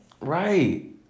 right